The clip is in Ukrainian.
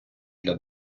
для